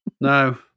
No